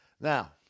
Now